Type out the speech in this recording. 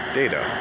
data